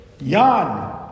Yan